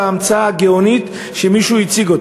בהמצאה הגאונית שמישהו הציג.